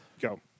go